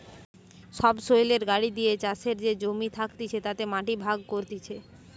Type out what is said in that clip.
সবসৈলের গাড়ি দিয়ে চাষের যে জমি থাকতিছে তাতে মাটি ভাগ করতিছে